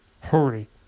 Hurry